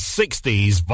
60s